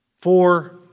four